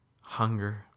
hunger